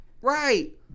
Right